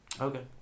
Okay